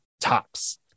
tops